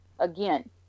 Again